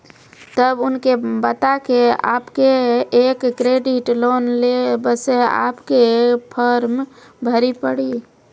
तब उनके बता के आपके के एक क्रेडिट लोन ले बसे आपके के फॉर्म भरी पड़ी?